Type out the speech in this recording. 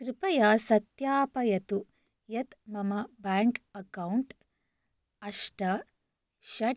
कृपया सत्यापयतु यत् मम बैङ्क् अक्कौण्ट् अष्ट षट्